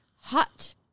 hot